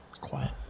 quiet